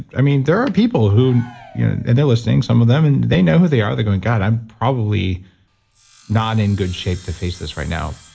i mean, there are people you know and they're listening, some of them, and they know who they are. they're going, god, i'm probably not in good shape to face this right now.